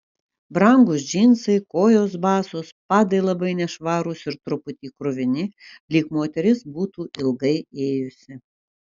brangūs džinsai kojos basos padai labai nešvarūs ir truputį kruvini lyg moteris būtų ilgai ėjusi